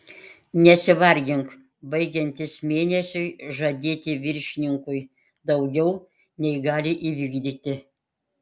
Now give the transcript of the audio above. nesivargink baigiantis mėnesiui žadėti viršininkui daugiau nei gali įvykdyti